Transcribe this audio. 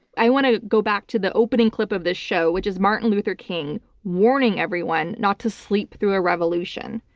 i want to go back to the opening clip of this show, which is martin luther king warning everyone not to sleep through a revolution.